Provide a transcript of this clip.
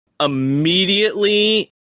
Immediately